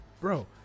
bro